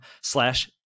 slash